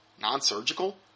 Non-surgical